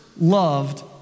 loved